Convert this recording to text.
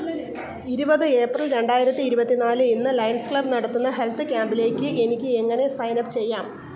ഇരുപത് ഏപ്രിൽ രണ്ടായിരത്തി ഇരുപത്തി നാല് ഇന്ന് ലയൺസ് ക്ലബ് നടത്തുന്ന ഹെൽത്ത് ക്യാമ്പിലേക്ക് എനിക്ക് എങ്ങനെ സൈനപ്പ് ചെയ്യാം